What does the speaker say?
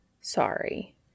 Sorry